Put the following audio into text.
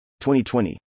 2020